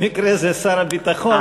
במקרה זה שר הביטחון,